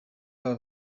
baba